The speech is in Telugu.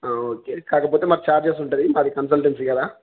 ఓకే కాకపోతే మాకు ార్జెస్ ఉంటది మాది కన్సల్టన్సీ కదా